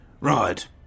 Right